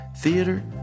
theater